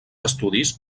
estudis